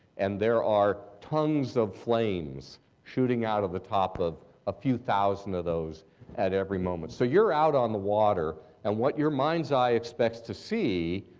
and there are tons of flames shooting out of the top of a few thousand of those at every moment. so you're out on the water and what your mind's eye expects to see,